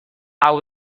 hau